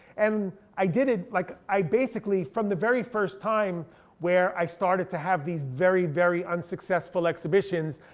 and i did it, like i basically, from the very first time where i started to have these very very unsuccessful exhibitions,